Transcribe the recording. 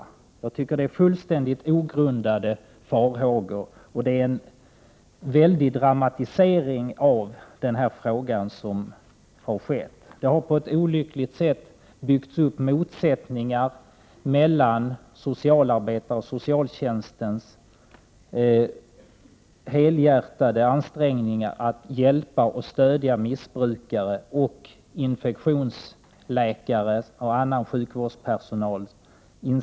Jag tycker det är fullständigt ogrundade farhågor och en väldig dramatisering av denna fråga. Det har på ett olyckligt sätt byggts upp motsättningar mellan socialarbetare och socialtjänstens helhjärtade ansträngningar att hjälpa och stödja missbrukare och de insatser som görs av infektionsläkare och annan sjukvårdspersonal.